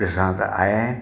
ॾिसां त आया आहिनि